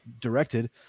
directed